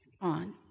on